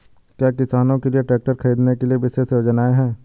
क्या किसानों के लिए ट्रैक्टर खरीदने के लिए विशेष योजनाएं हैं?